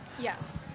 Yes